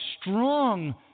strong